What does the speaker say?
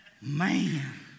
Man